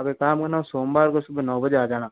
आप एक काम करना सोमवार को सुबह नौ बजे आ जाना